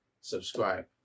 subscribe